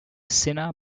sinner